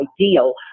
ideal